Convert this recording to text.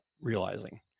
realizing